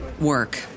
work